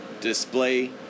display